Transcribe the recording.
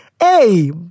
Hey